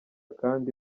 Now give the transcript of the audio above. kandi